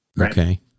Okay